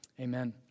Amen